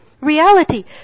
reality